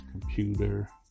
computer